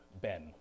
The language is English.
Ben